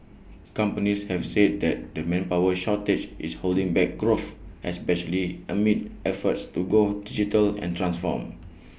companies have said that the manpower shortage is holding back growth especially amid efforts to go digital and transform